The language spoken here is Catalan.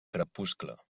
crepuscle